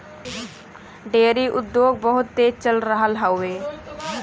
dairy उद्योग बहुत तेज चल रहल हउवे